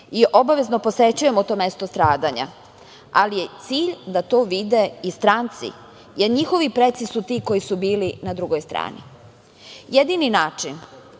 i obavezno posećujemo to mesto stradanja, ali je cilj da to vide i stranci, jer njihovi preci su ti koji su bili na drugoj strani. Jedini način